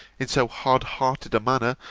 in so hard-hearted a manner,